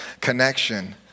connection